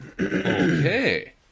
Okay